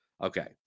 Okay